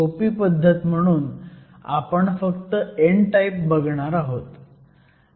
सोपी पद्धत म्हणून आपण फक्त n टाईप बघणार आहोत